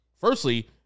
firstly